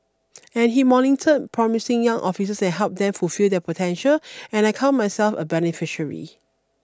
and he monitor promising young officers and helped them fulfill their potential and I count myself a beneficiary